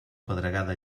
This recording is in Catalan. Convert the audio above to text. pedregada